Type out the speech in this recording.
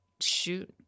shoot